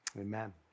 Amen